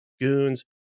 GOONS